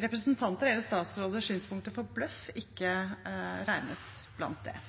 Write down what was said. representanters eller statsråders synspunkter som «bløff» ikke regnes som det.